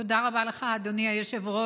תודה רבה לך, אדוני היושב-ראש.